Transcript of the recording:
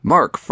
Mark